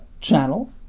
channel